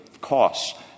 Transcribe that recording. costs